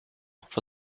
for